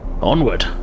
onward